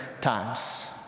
times